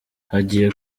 hagiye